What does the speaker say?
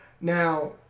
Now